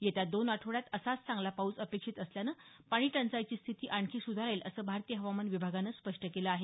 येत्या दोन आठवडयात असाच चांगला पाऊस अपेक्षित असल्यानं पाणीटंचाईची स्थिती आणखी सुधारेल असं भारतीय हवामान विभागानं स्पष्ट केलं आहे